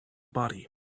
body